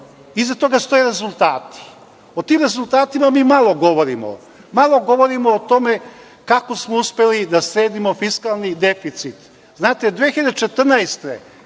iza toga stoje rezultati. O tim rezultatima mi malo govorimo. Malo govorimo o tome kako smo uspeli da sredimo fiskalni deficit. Znate, 2014.